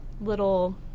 little